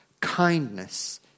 kindness